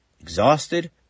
exhausted